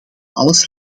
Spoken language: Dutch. alles